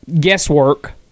guesswork